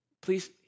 Please